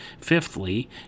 Fifthly